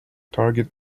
target